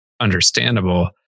understandable